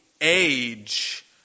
age